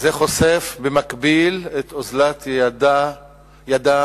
זה חושף במקביל את אוזלת ידם